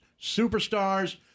superstars